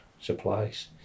supplies